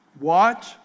Watch